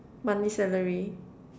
monthly salary